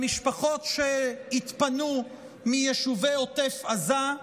למשפחות שהתפנו מיישובי עוטף עזה,